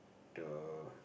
the